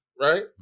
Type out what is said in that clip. right